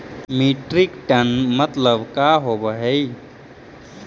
Metric ton मतलब का होव हइ?